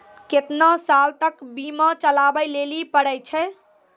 केतना साल तक बीमा चलाबै लेली पड़ै छै?